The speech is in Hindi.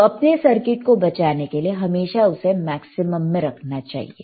तो अपने सर्किट को बचाने के लिए हमेशा उसे मैक्सिमम में रखना चाहिए